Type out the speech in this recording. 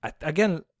Again